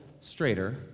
straighter